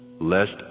lest